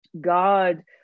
God